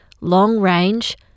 long-range